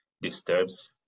disturbs